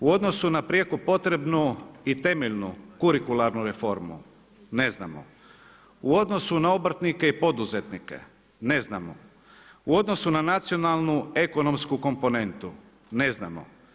U odnosu na prijeko potrebnu i temeljnu kurikuralnu reformu, ne znamo u odnosu na obrtnike i poduzetnike, ne znamo, u odnosu na nacionalnu, ekonomsku komponentu, ne znamo.